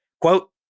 Quote